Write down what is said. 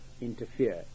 interfere